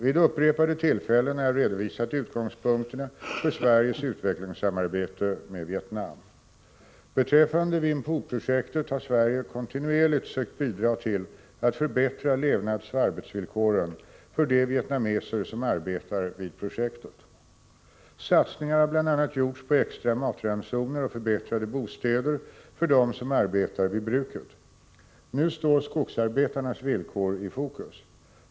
Vid upprepade tillfällen har jag redovisat utgångspunkterna för Sveriges utvecklingssamarbete med Vietnam. Beträffande Vinh Phu-projektet har Sverige kontinuerligt sökt bidra till att förbättra levnadsoch arbetsvillkoren för de vietnameser som arbetar vid projektet. Satsningar har bl.a. gjorts på extra matransoner och förbättrade bostäder för dem som arbetar vid bruket. Nu står skogsarbetarnas villkor i fokus.